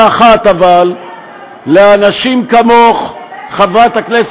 לא רק שאיננו מוכן לגנות,